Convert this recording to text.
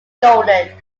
golden